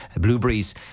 Blueberries